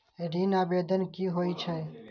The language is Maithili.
ऋण आवेदन की होय छै?